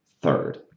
third